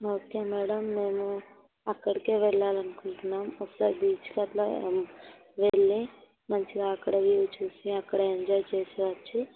okay madam మేము అక్కడికే వెళ్ళాలి అనుకుంటున్నాము ఒకసారి బీచ్కి అలా వెళ్ళి మంచిగా అక్కడ వ్యూ చూసి అక్కడ ఎంజాయ్ చేసి వచ్చి